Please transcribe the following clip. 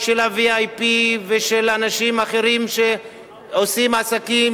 של ה-VIP ושל אנשים אחרים שעושים עסקים